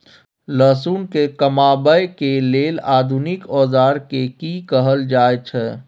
लहसुन के कमाबै के लेल आधुनिक औजार के कि कहल जाय छै?